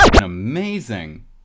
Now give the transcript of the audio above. amazing